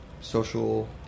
social